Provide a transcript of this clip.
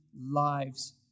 lives